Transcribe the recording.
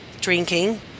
drinking